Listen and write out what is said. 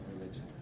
religion